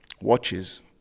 watches